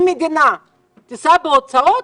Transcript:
אם המדינה תישא בהוצאות